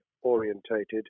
orientated